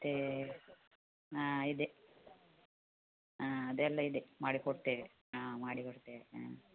ಮತ್ತು ಹಾಂ ಇದೆ ಹಾಂ ಅದೆಲ್ಲ ಇದೆ ಮಾಡಿ ಕೊಡ್ತೇವೆ ಹಾಂ ಮಾಡಿ ಕೊಡ್ತೇವೆ ಹಾಂ